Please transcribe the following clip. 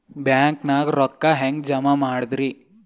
ಬ್ಯಾಂಕ್ದಾಗ ರೊಕ್ಕ ಜಮ ಹೆಂಗ್ ಮಾಡದ್ರಿ?